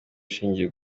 ushingiye